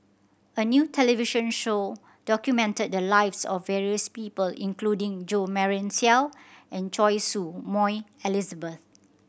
a new television show documented the lives of various people including Jo Marion Seow and Choy Su Moi Elizabeth